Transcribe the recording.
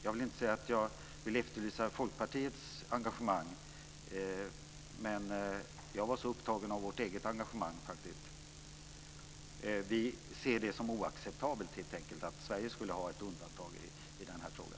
Jag vill inte säga att jag efterlyser Folkpartiets engagemang, för jag var själv helt upptagen med vårt eget engagemang. Vi ser det helt enkelt som oacceptabelt att Sverige skulle ha ett undantag i den här frågan.